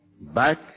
back